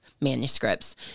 manuscripts